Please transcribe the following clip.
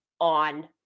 on